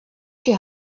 die